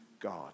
God